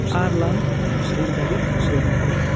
alarm निर्धारित गर्नुहोस्